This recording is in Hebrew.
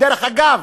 דרך אגב,